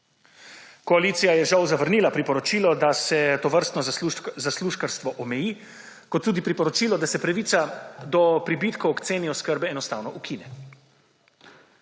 Koalicija je žal zavrnila priporočilo, da se tovrstno zaslužkarstvo omeji, kot tudi priporočilo, da se pravica do pribitkov k ceni oskrbe enostavno ukine.